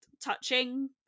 touching